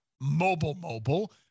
mobile-mobile